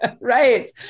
Right